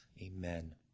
Amen